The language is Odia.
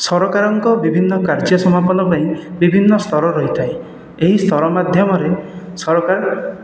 ସରକାରଙ୍କ ବିଭିନ୍ନ କାର୍ଯ୍ୟ ସମାପନ ପାଇଁ ବିଭିନ୍ନ ସ୍ତର ରହିଥାଏ ଏହି ସ୍ତର ମାଧ୍ୟମରେ ସରକାର